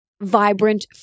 vibrant